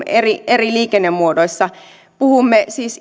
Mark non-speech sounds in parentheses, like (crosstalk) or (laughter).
(unintelligible) eri eri liikennemuodoissa puhumme siis